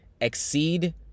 exceed